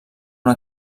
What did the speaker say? una